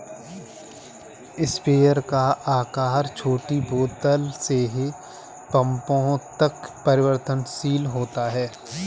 sprayer का आकार छोटी बोतल से पंपों तक परिवर्तनशील होता है